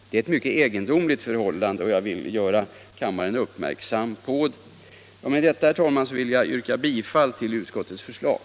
Det är ett mycket egendomligt förhållande, och jag vill göra gör kammaren uppmärksam på det. Herr talman! Med det anförda vill jag yrka bifall till utskottets hemställan.